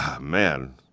man